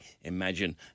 imagine